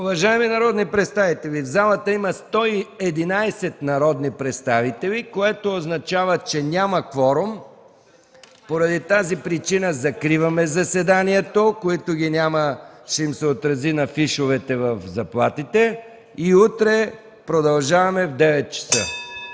Уважаеми народни представители, в залата има 111 народни представители, което означава, че няма кворум. Поради тази причина закривам заседанието. Които ги няма, ще им се отрази на фишовете в заплатите. Утре продължаваме в 9,00 ч.